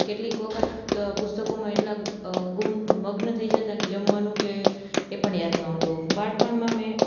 કેટલીક વખત પુસ્તકોમાં એટલા ગુમ મગ્ન થઈ જતાં કે જમવાનું કે એ પણ યાદ ન આવતું બાળપણમાં મેં